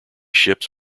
ships